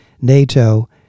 NATO